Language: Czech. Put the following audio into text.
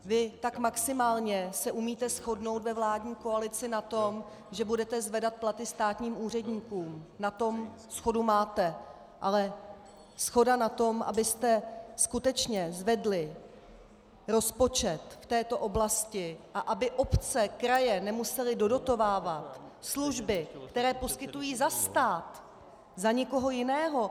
Vy se tak maximálně umíte shodnout ve vládní koalici na tom, že budete zvedat platy státním úředníkům, na tom shodu máte, ale shoda na tom, abyste skutečně zvedli rozpočet v této oblasti a aby obce, kraje nemusely dodotovávat služby, které poskytují za stát, za nikoho jiného.